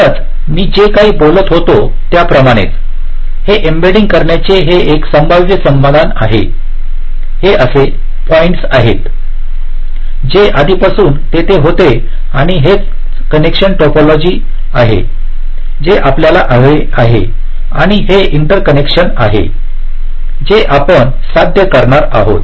म्हणूनच मी जे बोलत होतो त्याप्रमाणेच हे एम्बइडिंग करण्याचे हे एक संभाव्य समाधान आहे हे असे पॉईंटस आहेत जे आधीपासून तेथे होते आणि हेच कनेक्शन टोपोलॉजी आहे जे आपल्याला हवे आहे आणि हे इंटरकॉंनेकशन आहे जे आपण साध्य करणार आहोत